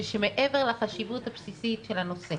זה שמעבר לחשיבות הבסיסית של הנושא,